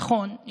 נכון,